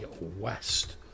west